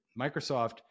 Microsoft